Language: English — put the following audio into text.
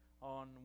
on